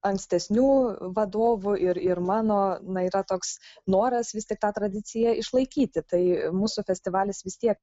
ankstesnių vadovų ir ir mano na yra toks noras vis tik tą tradiciją išlaikyti tai mūsų festivalis vis tiek